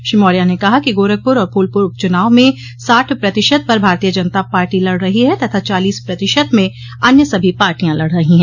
श्री मौर्या ने कहा कि गोरखपुर आर फूलपुर उपचुनाव में साठ प्रतिशत पर भारतीय जनता पार्टी लड़ रही हैं तथा चालीस प्रतिशत में अन्य सभी पार्टियां लड़ रही हैं